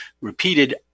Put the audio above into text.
repeated